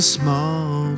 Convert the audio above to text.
small